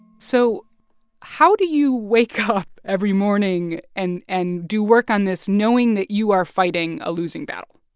so how do you wake up every morning and and do work on this, knowing that you are fighting a losing battle?